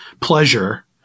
pleasure